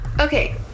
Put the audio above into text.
Okay